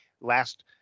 last